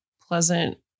pleasant